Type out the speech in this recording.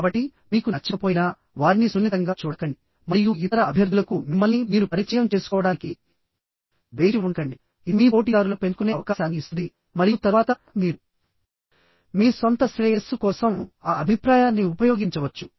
కాబట్టి మీకు నచ్చకపోయినా వారిని సున్నితంగా చూడకండి మరియు ఇతర అభ్యర్థులకు మిమ్మల్ని మీరు పరిచయం చేసుకోవడానికి వేచి ఉండకండి ఇది మీ పోటీదారులను పెంచుకునే అవకాశాన్ని ఇస్తుంది మరియు తరువాత మీరు మీ సొంత శ్రేయస్సు కోసం ఆ అభిప్రాయాన్ని ఉపయోగించవచ్చు